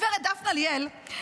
גב' דפנה ליאל,